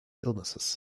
illnesses